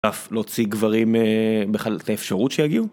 אף להוציא גברים בכלל את האפשרות שיגיעו